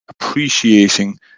appreciating